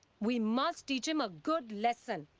we must teach him a good lesson.